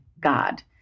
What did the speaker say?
God